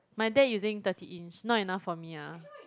my dad using thirty inch not enough for me ah